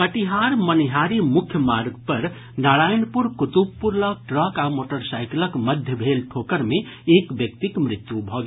कटिहार मनिहारी मुख्य मार्ग पर नारायणपुर कुतुबपुर लग ट्रक आ मोटरसाईकिलक मध्य भेल ठोकर मे एक व्यक्तिक मृत्यु भऽ गेल